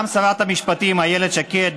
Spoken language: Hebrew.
גם שרת המשפטים איילת שקד,